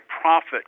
profit